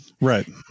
right